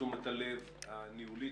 תשומת הלב הניהולית,